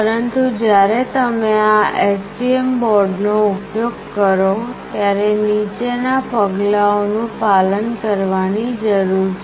પરંતુ જ્યારે તમે આ STM બોર્ડનો ઉપયોગ કરો ત્યારે નીચેના પગલાઓનું પાલન કરવાની જરૂર છે